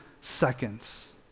seconds